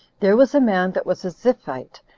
there was a man that was a ziphite,